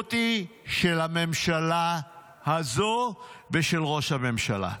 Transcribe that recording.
והאחריות היא של הממשלה הזו ושל ראש הממשלה.